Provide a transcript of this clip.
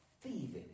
thieving